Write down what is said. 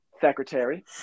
secretary